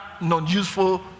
non-useful